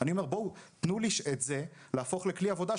אני אומר - בואו, תנו לי להפוך את זה לכלי עבודה.